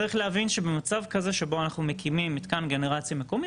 צריך להבין שבמצב כזה שבו אנחנו מקימים מתקן גנרציה מקומי,